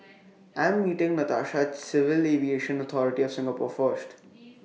I Am meeting Natasha At Civil Aviation Authority of Singapore First